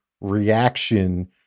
reaction